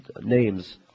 names